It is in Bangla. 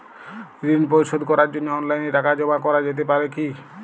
ঋন পরিশোধ করার জন্য অনলাইন টাকা জমা করা যেতে পারে কি?